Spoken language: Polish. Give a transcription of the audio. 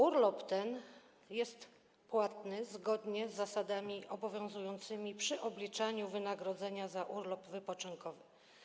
Urlop ten jest płatny zgodnie z zasadami obowiązującymi przy obliczaniu wynagrodzenia za urlop wypoczynkowy.